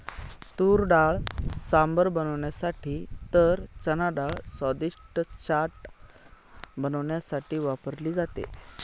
तुरडाळ सांबर बनवण्यासाठी तर चनाडाळ स्वादिष्ट चाट बनवण्यासाठी वापरली जाते